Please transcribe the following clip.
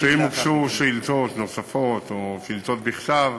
כך שאם הוגשו שאילתות נוספות או שאילתות בכתב,